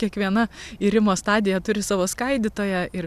kiekviena irimo stadija turi savo skaidytoją ir